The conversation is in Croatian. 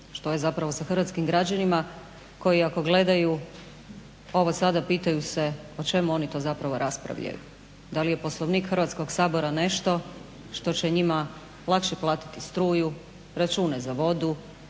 što je zapravo sa hrvatskim građanima koji ako gledaju ovo sada pitaju se o čemu oni to zapravo raspravljaju. Da li je Poslovnik Hrvatskog sabora nešto što će njima lakše platiti struju, račune za vodu